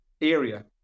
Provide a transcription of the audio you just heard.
area